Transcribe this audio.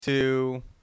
two